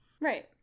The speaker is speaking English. right